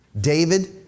David